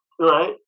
right